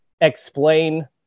explain